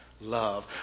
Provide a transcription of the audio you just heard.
Love